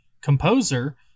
composer